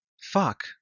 Fuck